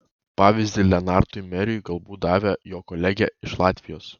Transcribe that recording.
pavyzdį lenartui meriui galbūt davė jo kolegė iš latvijos